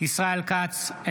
ישראל כץ,